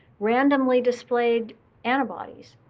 randomly displayed antibodies.